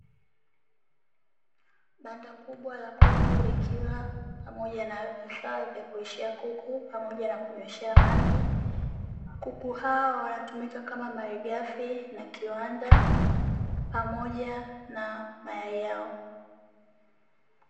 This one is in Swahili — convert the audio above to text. Banda kubwa la kuku likiwa pamoja na vifaa vya kulishia kuku, pamoja na kunyweshea maji. Kuku hao wanatumika kama malighafi na kiwanda pamoja na mayai yao.